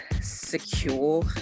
secure